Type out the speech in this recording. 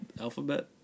Alphabet